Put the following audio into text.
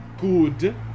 good